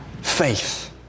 faith